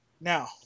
Now